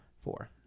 Four